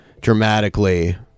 dramatically